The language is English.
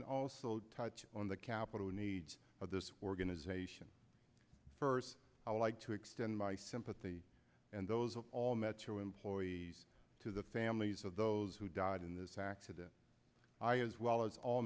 and also touch on the capital needs of this organization first i would like to extend my sympathy and those of all metro employees to the families of those who died in this accident i as well as all